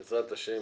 בעזרת השם.